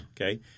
okay